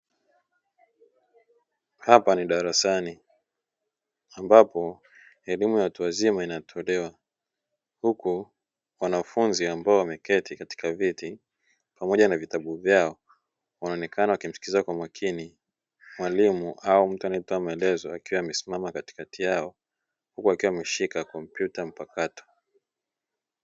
Hapa ni darasani ambapo elimu ya watu wazima inatolewa huku wanafunzi ambao wameketi katika viti pamoja na vitabu vyao, wanaonekana wakimsikikiza kwa makini mwalimu au mtu anaetoa maelezo akiwa amesimama katikati yao, huku akiwa ameshika komputa mpakato .